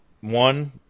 one